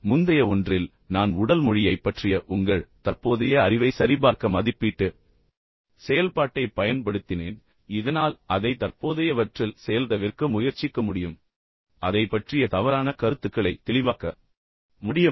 எனவே முந்தைய ஒன்றில் நான் உடல் மொழியைப் பற்றிய உங்கள் தற்போதைய அறிவை சரிபார்க்க மதிப்பீட்டு செயல்பாட்டைப் பயன்படுத்தினேன் இதனால் நான் அதை தற்போதையவற்றில் செயல்தவிர்க்க முயற்சிக்க முடியும் மற்றும் சொற்களற்ற தகவல்தொடர்பு பற்றிய சில தவறான கருத்துக்களை தெளிவாக்க முடியும்